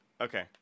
okay